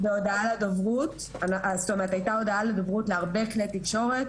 אז אני אומרת שוב,